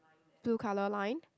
two colour line